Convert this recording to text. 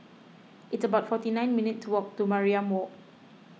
it's about forty nine minutes' walk to Mariam Walk